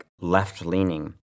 left-leaning